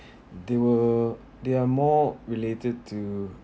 they were they are more related to